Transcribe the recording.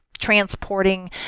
transporting